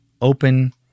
open